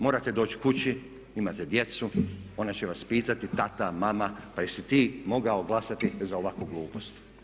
Morate doći kući, imate djecu, ona će vas pitati tata, mama pa jesi ti mogao glasati za ovakvu glupost.